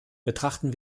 betrachten